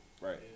Right